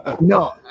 no